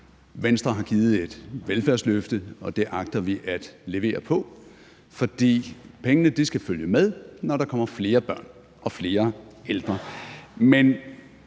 Venstre har givet et velfærdsløfte, og det agter vi at levere på, for pengene skal følge med, når der kommer flere børn og flere ældre.